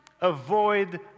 avoid